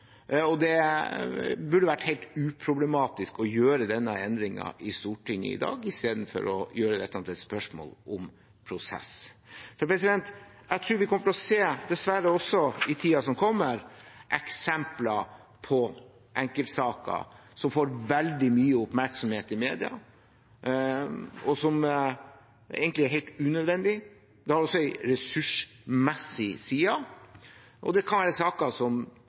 det burde vært helt uproblematisk å gjøre denne endringen i Stortinget i dag, istedenfor å gjøre dette til et spørsmål om prosess. For jeg tror dessverre vi kommer til å se, også i tiden som kommer, eksempler på enkeltsaker som får veldig mye oppmerksomhet i media, og som egentlig er helt unødvendig. Det har også en ressursmessig side, og det kan være saker – og enkeltpersoner – som